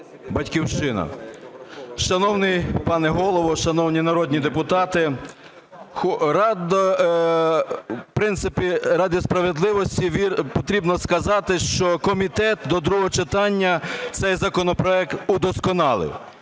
"Батьківщина". Шановний пане Голово, шановні народні депутати, в принципі, заради справедливості потрібно сказати, що комітет до другого читання цей законопроект удосконалив.